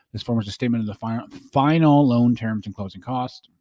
this form is the statement of the final final loan terms and closing costs.